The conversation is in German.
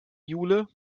jule